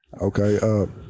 Okay